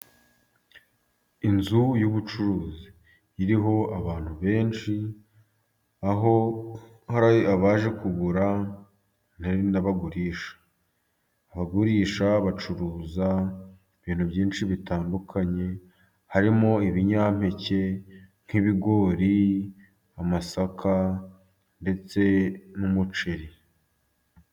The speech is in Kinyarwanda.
Inzu y'ubucuruzi iriho abantu benshi, aho hari abaje kugura hari n'abagurisha, abagurisha bacuruza ibintu byinshi bitandukanye harimo: ibinyampeke, nk'ibigori, amasaka ndetse n'umuceri.